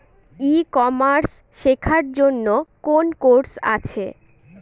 ই commerce শেক্ষার জন্য কোন কোর্স আছে?